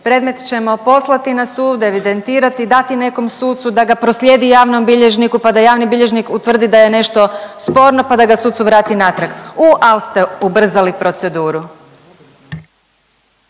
Predmet ćemo poslati na sud, evidentirati, dati nekom sucu da ga proslijedi javnom bilježniku pa da javni bilježnik utvrdi da je nešto sporno pa da ga sucu vrati natrag. U, al te ubrzali proceduru.